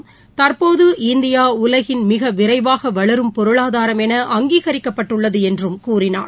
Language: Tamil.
முன்பெல்லாம் தற்போது இந்தியாஉலகின் மிகவிரைவாகவளரும் பொருளாதாரம் என அங்கிகரிக்கப்பட்டுள்ளதுஎன்றும் கூறினார்